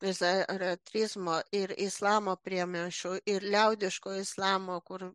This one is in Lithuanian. ir zaraotrizmo ir islamo priemaišų ir liaudiško islamo kur